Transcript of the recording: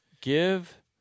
Give